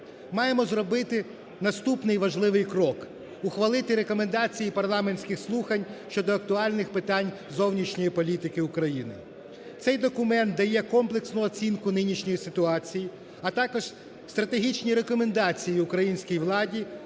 Маємо зробити наступний важливий крок – ухвалити рекомендації парламентських слухань щодо актуальних питань зовнішньої політики України. Цей документ дає комплексну оцінку нинішньої ситуації, а також стратегічні рекомендації українській владі,